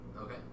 Okay